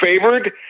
favored